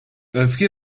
öfke